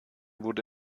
wurde